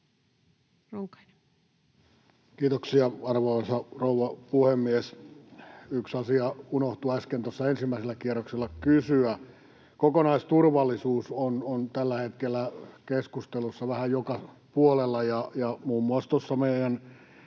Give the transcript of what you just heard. Kiitoksia, arvoisa rouva puhemies! Yksi asia unohtui äsken tuossa ensimmäisellä kierroksella kysyä. Kokonaisturvallisuus on tällä hetkellä keskustelussa vähän joka puolella, ja muun muassa tuossa meidän